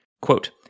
quote